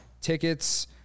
tickets